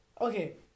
Okay